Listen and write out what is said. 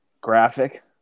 graphic